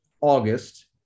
August